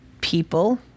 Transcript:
people